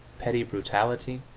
petty brutality,